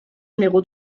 numéro